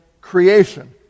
creation